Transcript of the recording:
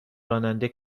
راننده